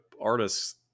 artists